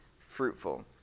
fruitful